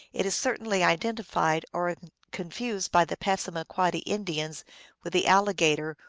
it is certainly identified, or confused, by the passamaquoddy indians with the alligator,